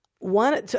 one